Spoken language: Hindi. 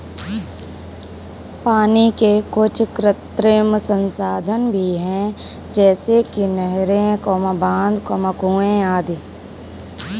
पानी के कुछ कृत्रिम संसाधन भी हैं जैसे कि नहरें, बांध, कुएं आदि